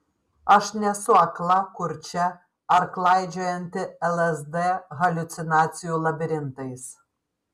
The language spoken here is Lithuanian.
aš nesu akla kurčia ar klaidžiojanti lsd haliucinacijų labirintais